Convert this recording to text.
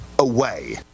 Away